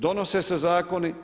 Donose se zakoni.